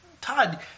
Todd